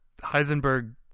Heisenberg